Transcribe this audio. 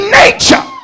nature